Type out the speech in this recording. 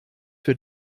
für